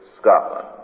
Scotland